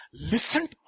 Listen